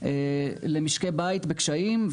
למשקי בית בקשיים,